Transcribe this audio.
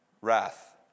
wrath